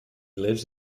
lives